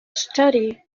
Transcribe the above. study